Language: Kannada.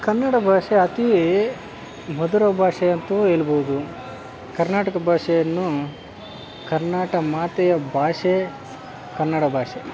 ಕನ್ನಡ ಭಾಷೆ ಅತಿ ಮಧುರ ಭಾಷೆ ಅಂತ್ಲೂ ಹೇಳ್ಬೋದು ಕರ್ನಾಟಕ ಭಾಷೆಯನ್ನು ಕರ್ನಾಟ ಮಾತೆಯ ಭಾಷೆ ಕನ್ನಡ ಭಾಷೆ